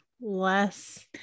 less